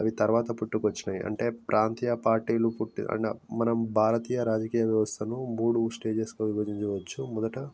అవి తర్వాత పుట్టుకు వచ్చినాయి అంటే ప్రాంతీయ పార్టీలు పుట్టినాక మనం భారతీయ రాజకీయ వ్యవస్థను మూడు స్టేజెస్ గా విభజించవచ్చు మొదట